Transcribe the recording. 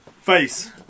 Face